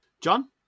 John